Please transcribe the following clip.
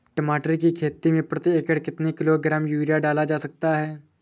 टमाटर की खेती में प्रति एकड़ कितनी किलो ग्राम यूरिया डाला जा सकता है?